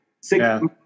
Six